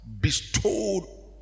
bestowed